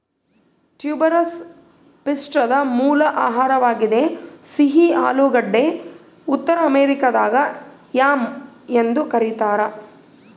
tuberous ಪಿಷ್ಟದ ಮೂಲ ಆಹಾರವಾಗಿದೆ ಸಿಹಿ ಆಲೂಗಡ್ಡೆ ಉತ್ತರ ಅಮೆರಿಕಾದಾಗ ಯಾಮ್ ಎಂದು ಕರೀತಾರ